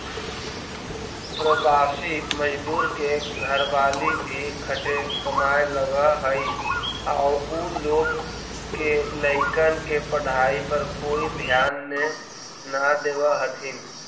प्रवासी मजदूर के घरवाली भी खटे कमाए लगऽ हई आउ उ लोग के लइकन के पढ़ाई पर कोई ध्याने न देवऽ हथिन